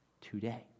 Today